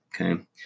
okay